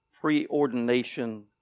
preordination